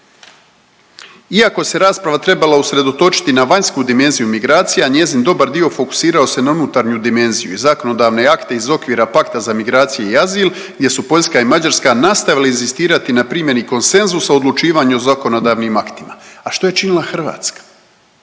Iako se rasprava trebala usredotočiti na vanjsku dimenziju migracija njezin dobar dio fokusirao se na unutarnju dimenziju i zakonodavne akte iz okvira pakta za migracije i azil jer su Poljska i Mađarska nastavili inzistirati na primjeni konsenzusa o odlučivanju o zakonodavnim aktima.“. A što je činila Hrvatska?